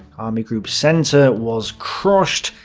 army group centre was crushed.